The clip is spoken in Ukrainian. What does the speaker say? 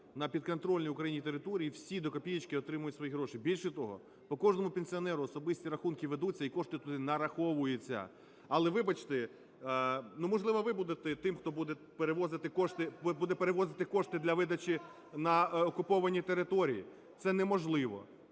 на підконтрольній Україні території, всі до копієчки отримають свої гроші. Більше того, по кожному пенсіонеру особисті рахунки ведуться, і кошти туди нараховуються. Але, вибачте, ну, можливо, ви будете тим, хто буде перевозити кошти, буде перевозити кошти для видачі на окуповані території. Це неможливо.